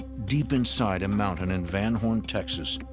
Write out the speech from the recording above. deep inside a mountain in van horn, texas,